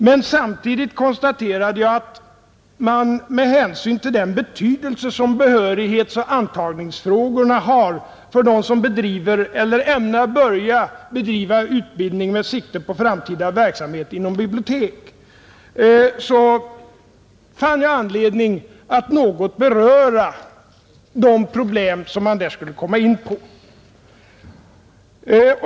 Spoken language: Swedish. Med hänsyn till den betydelse som behörighetsoch intagningsfrågorna har för dem som bedriver eller ämnar börja bedriva utbildning med sikte på framtida verksamhet inom bibliotek fann jag emellertid samtidigt anledning att något beröra de problem som man där skulle komma in på.